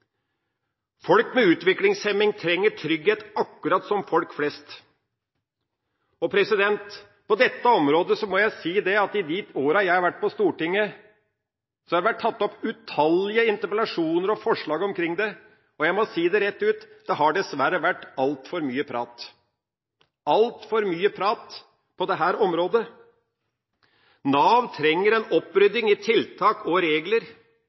Folk med utviklingshemning trenger trygghet, akkurat som folk flest. Når det gjelder dette området, må jeg si at i de åra jeg har vært på Stortinget, har det vært tatt opp utallige interpellasjoner og forslag omkring dette. Og jeg må si det rett ut: Det har dessverre vært altfor mye prat – altfor mye prat – på dette området. Nav trenger en opprydding i tiltak og regler.